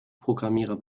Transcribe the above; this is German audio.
programmierer